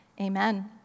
Amen